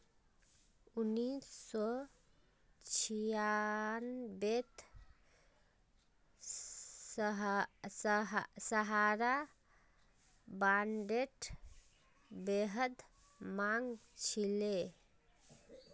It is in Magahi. उन्नीस सौ छियांबेत सहारा बॉन्डेर बेहद मांग छिले